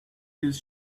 his